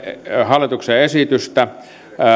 hallituksen esitystä